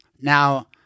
Now